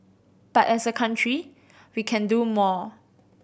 but as a country we can do more